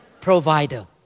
provider